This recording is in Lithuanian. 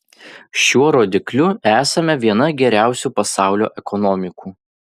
šiuo rodikliu esame viena geriausių pasaulio ekonomikų